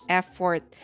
effort